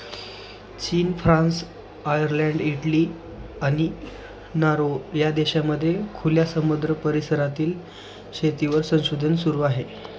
चीन, France, Ireland, Italy, आणि Norway या देशांमध्ये खुल्या समुद्र परिसरातील शेतीवर संशोधन सुरू आहे